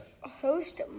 host